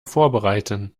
vorbereiten